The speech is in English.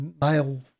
male